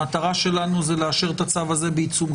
המטרה שלנו היא לאשר את הצו הזה בייצוג,